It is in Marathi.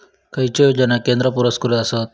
खैचे योजना केंद्र पुरस्कृत आसत?